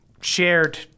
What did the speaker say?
shared